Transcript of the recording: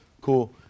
cool